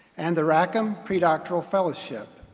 and the rackham pre-doctoral fellowship.